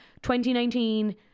2019